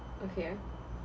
okay